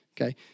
okay